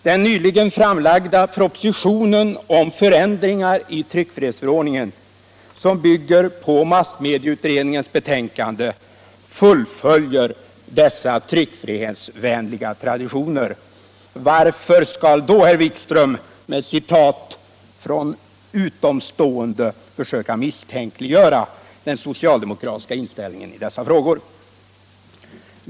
Den nyligen framlagda propositionen om förändringar i tryckfrihetsförordningen, vilka bygger på massmedieutredningens betänkande, fullföljer dessa tryckfrihetsvänliga traditioner. Varför skall då herr Wikström med citat från utomstående försöka misstänkliggöra den socialdemokratiska inställningen i dessa frågor?